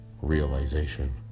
realization